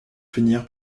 finir